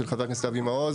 של חבר הכנסת אבי מעוז?